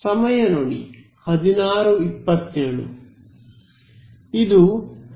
ವಿದ್ಯಾರ್ಥಿ ಸಮಯ ನೋಡಿ 1627 ಅಂತಹದ್ದಲ್ಲ